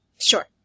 Sure